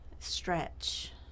Stretch